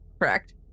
Correct